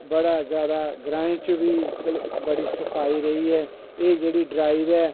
बड़ा जादा ग्राएं च बी बड़ी सफाई रेही ऐ एह् जेह्ड़ी ड्राईव ऐ